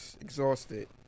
Exhausted